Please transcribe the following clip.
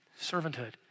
servanthood